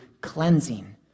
cleansing